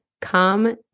Come